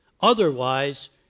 Otherwise